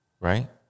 Right